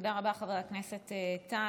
תודה רבה, חבר הכנסת טל.